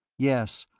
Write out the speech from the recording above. yes.